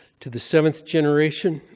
to the seventh generation